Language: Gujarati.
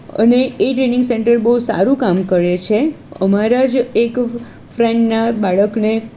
અને એ ટ્રેનિંગ સેન્ટર બહુ સારું કામ કરે છે અમારા જ એક ફ્રેન્ડના બાળકને